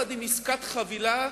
עם עסקת חבילה